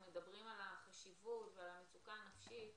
אנחנו מדברים על החשיבות ועל המצוקה הנפשית